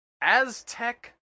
Aztec